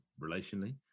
relationally